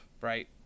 right